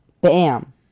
Bam